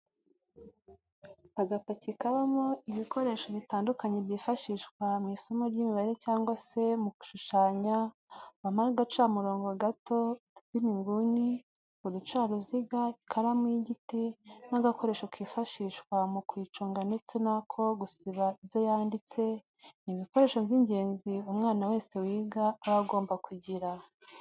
Agapaki kabamo ibikoresho bitandukanye byifashishwa mu isomo ry'imibare cyangwa se mu gushushanya habamo agacamurongo gato, udupima inguni, uducaruziga ,ikaramu y'igiti n'agakoresho kifashishwa mu kuyiconga ndetse n'ako gusiba ibyo yanditse, ni ibikoresho by'ingenzi umwana wese wiga aba agomba kugira.